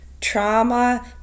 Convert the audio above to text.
Trauma